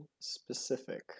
specific